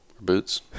boots